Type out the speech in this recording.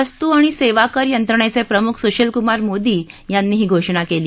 वस्तू आणि सेवाकर यंत्रणेचे प्रमुख सुशील कुमार मोदी यांनी हि घोषणा केली